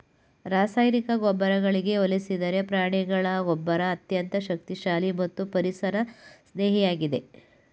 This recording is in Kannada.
ರಾಸಾಯನಿಕ ಗೊಬ್ಬರಗಳಿಗೆ ಹೋಲಿಸಿದರೆ ಪ್ರಾಣಿಗಳ ಗೊಬ್ಬರ ಅತ್ಯಂತ ಶಕ್ತಿಶಾಲಿ ಮತ್ತು ಪರಿಸರ ಸ್ನೇಹಿಯಾಗಿದೆ